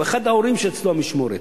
או אחד ההורים שאצלו המשמורת,